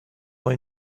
boy